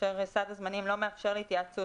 כאשר סד הזמנים לא מאפשר התייעצות